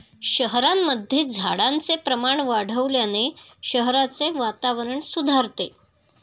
शहरांमध्ये झाडांचे प्रमाण वाढवल्याने शहराचे वातावरण सुधारते